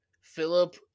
Philip